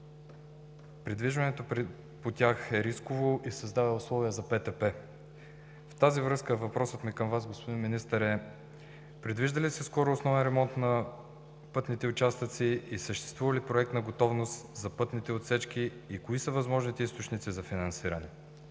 Придвижването по тях е рисково и създава условия за пътнотранспортни произшествия. В тази връзка въпросът ми към Вас, господин Министър, е: предвижда ли се скоро основен ремонт на пътните участъци и съществува ли проектна готовност за пътните отсечки? Кои са възможните източници за финансиране?